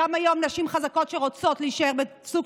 גם היום נשים חזקות שרוצות להישאר בשוק